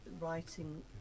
Writing